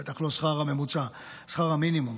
בטח לא השכר הממוצע, שכר המינימום.